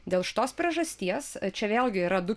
dėl šitos priežasties čia vėlgi yra du